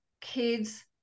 kids